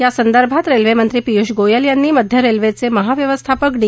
या संदर्भात रेल्वे मंत्री पियूष गोयल यांनी मध्य रेल्वेचे महाव्यवस्थापक डी